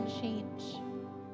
change